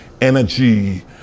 energy